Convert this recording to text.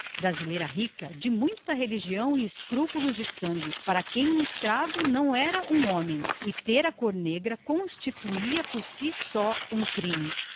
brasileira rica de muita religião e escrúpulos de sangue e para quem um escravo não era um homem e o fato de não ser branco constituía só por si um crime